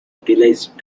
utilized